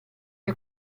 che